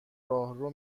راهرو